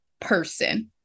person